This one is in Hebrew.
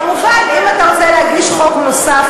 כמובן, אם אתה רוצה להגיש חוק נוסף